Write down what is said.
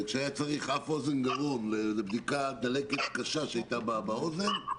כשהיה צריך אף אוזן גרון לבדיקת דלקת קשה שהייתה באוזן,